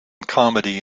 comedy